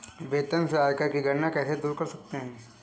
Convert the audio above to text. वेतन से आयकर की गणना कैसे दूर कर सकते है?